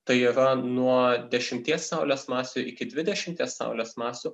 tai yra nuo dešimties saulės masių iki dvidešimties saulės masių